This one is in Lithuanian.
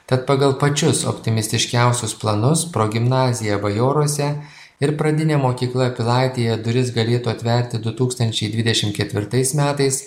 tad pagal pačius optimistiškiausius planus progimnazija bajoruose ir pradinė mokykla pilaitėje duris galėtų atverti du tūkstančiai dvidešim ketvirtais metais